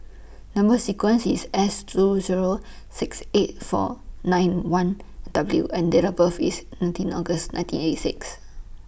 Number sequence IS S two Zero six eight four nine one W and Date of birth IS nineteen August nineteen eighty six